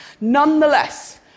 Nonetheless